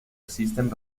existen